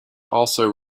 also